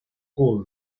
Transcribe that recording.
cool